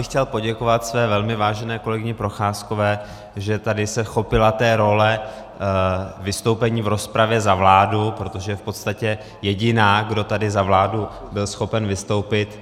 Chtěl bych poděkovat své velmi vážené kolegyni Procházkové, že se tady chopila role vystoupení v rozpravě za vládu, protože je v podstatě jediná, kdo tady za vládu byl schopen vystoupit.